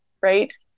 right